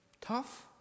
Tough